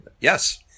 Yes